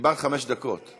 דיברת חמש דקות.